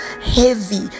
heavy